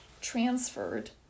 transferred